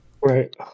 Right